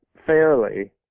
fairly